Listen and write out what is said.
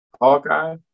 Hawkeye